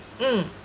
mm